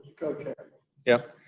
co-chair yep.